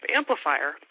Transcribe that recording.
amplifier